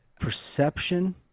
perception